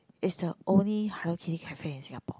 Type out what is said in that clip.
it's the only Hello Kitty cafe in Singapore